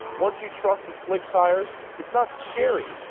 once you trust the slick tires, it's not scary.